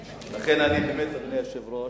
לכן, אדוני היושב-ראש,